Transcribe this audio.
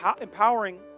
empowering